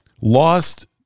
lost